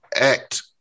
act